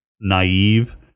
naive